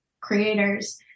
creators